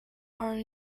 are